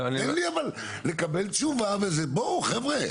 תן לי לקבל תשובה וזה בואו חבר'ה.